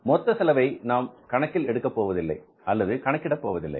மொத்த செலவை நாம் கணக்கில் எடுக்கப் போவதில்லை அல்லது கணக்கிட போவதில்லை